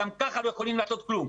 גם ככה הם לא יכולים לעשות כלום.